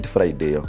Friday